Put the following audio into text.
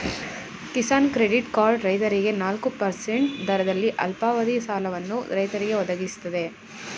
Kisan credit card ರೈತರಿಗೆ ನಾಲ್ಕು percent ದರದಲ್ಲಿ ಅಲ್ಪಾವಧಿ ಸಾಲವನ್ನು ರೈತರಿಗೆ ಒದಗಿಸ್ತದೆ